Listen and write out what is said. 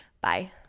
Bye